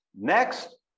Next